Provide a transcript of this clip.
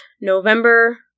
November